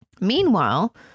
Meanwhile